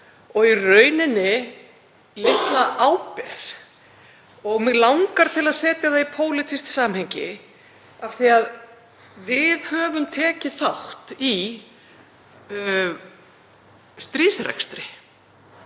og í rauninni litla ábyrgð. Mig langar að setja það í pólitískt samhengi af því að við höfum tekið þátt í stríðsrekstri.